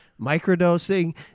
microdosing